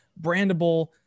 brandable